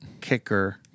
kicker